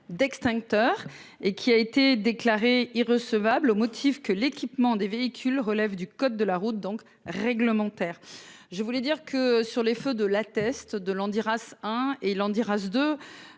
d'extincteurs et qui a été déclarée irrecevable au motif que l'équipement des véhicules relève du code de la route donc réglementaire. Je voulais dire que sur les feux de l'attestent de Landiras hein